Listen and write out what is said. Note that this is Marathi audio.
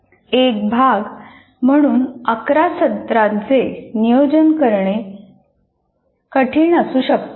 एक भाग म्हणून 11 सत्रांचे नियोजन करणे कठीण असू शकते